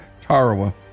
Tarawa